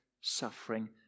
Suffering